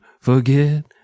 forget